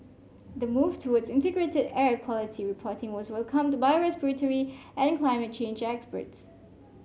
the move towards integrated air quality reporting was welcomed by respiratory and climate change experts